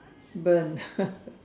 burnt